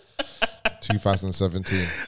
2017